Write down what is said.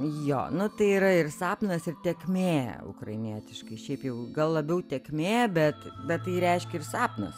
jo nu tai yra ir sapnas ir tėkmė ukrainietiškai šiaip jau gal labiau tėkmė bet bet tai reiškia ir sapnas